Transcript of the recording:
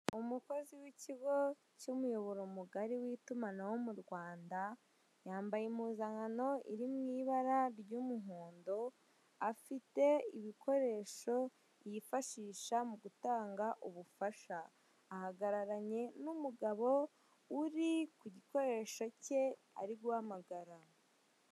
Umukozi w'ikigo cy'umuyoboro mugari w'itumanaho mu Rwanda yambaye impuzankano iri mu ibara ry'umuhondo afite ibikoresho yifashisha mugutanga ubufasha ahagaragaranye n'umugabo uri ku gikoresho cye ari guhamagara.